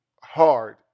hard